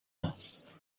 هست